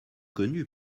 connue